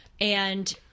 and-